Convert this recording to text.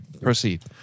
proceed